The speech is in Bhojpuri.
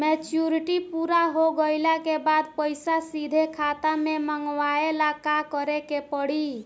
मेचूरिटि पूरा हो गइला के बाद पईसा सीधे खाता में मँगवाए ला का करे के पड़ी?